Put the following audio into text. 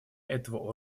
этого